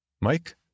Mike